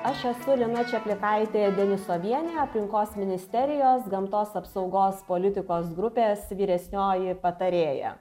aš esu lina čaplikaitė denisovienė aplinkos ministerijos gamtos apsaugos politikos grupės vyresnioji patarėja